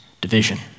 division